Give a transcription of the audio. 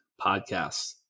podcasts